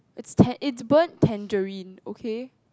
is tan it's burnt tangerine okay